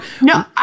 No